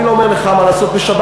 אני לא אומר לך מה לעשות בשבת,